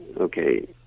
okay